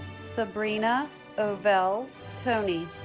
sabrina ovell toney